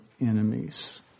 enemies